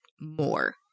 more